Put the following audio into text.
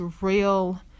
real